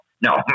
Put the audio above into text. no